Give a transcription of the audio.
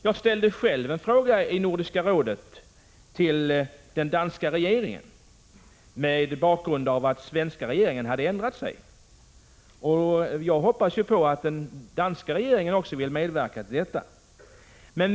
Jag ställde själv en fråga om detta i Nordiska rådet till den danska regeringen mot bakgrund av att den svenska regeringen hade ändrat sig. Jag hoppas naturligtvis att också den danska regeringen vill medverka till denna lösning.